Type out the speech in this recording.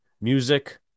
music